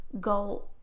go